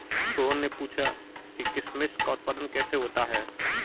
रोहन ने पूछा कि किशमिश का उत्पादन कैसे होता है?